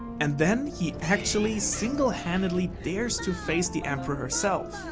and then he actually singlehandedly dares to face the emperor herself.